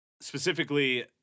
specifically